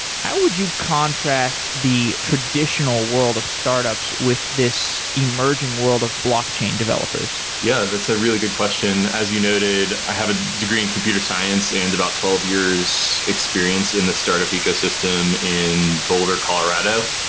how would you contrast the traditional world of startups with this emerging world of bloc chain developers? yeah, that's a really good question. as you noted, i have a degree in computer science and about twelve years experience in the startup ecosystem in boulder, colorado.